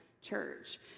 church